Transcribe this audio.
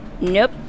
nope